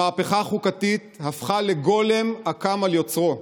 המהפכה החוקתית הפכה לגולם הקם על יוצרו.